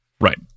right